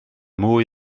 mwy